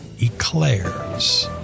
eclairs